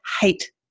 hate